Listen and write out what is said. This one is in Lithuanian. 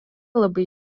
labai